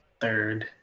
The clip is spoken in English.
third